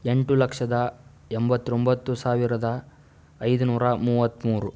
ಎಂಟು ಲಕ್ಷದ ಎಂಬತ್ತೊಂಬತ್ತು ಸಾವಿರದ ಐದು ನೂರ ಮೂವತ್ತ್ಮೂರು